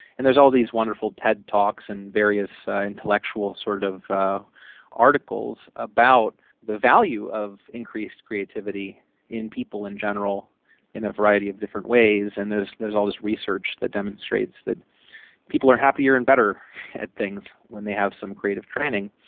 and there's all these wonderful ted talks and various intellectual sort of articles about the value of increased creativity in people in general in a variety of different ways, and there's there's all this research that demonstrates that people are happier and better at things when they have some creative training.